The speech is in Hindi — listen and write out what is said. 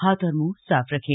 हाथ और मुंह साफ रखें